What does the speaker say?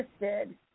interested